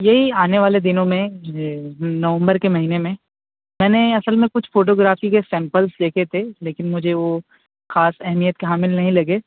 یہی آنے والے دنوں میں جی نومبر کے مہینے میں میں نے اصل میں کچھ فوٹو گرافی کے سیمپلز دیکھے تھے لیکن مجھے وہ خاص اہمیت کے حامل نہیں لگے